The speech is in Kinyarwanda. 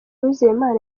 uwizeyimana